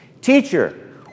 Teacher